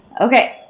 Okay